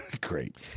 Great